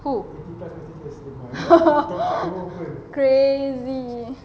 who crazy